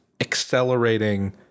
accelerating